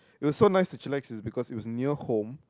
it was so nice to chillax is because it was near home